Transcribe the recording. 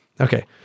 Okay